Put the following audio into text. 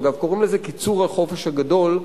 אגב, קוראים לזה "קיצור החופש הגדול",